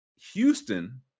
Houston